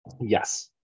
Yes